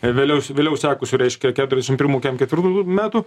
vėliau su vėliau sekusių reiškia keturiasdešimt pirmų kiam ketvirtų metų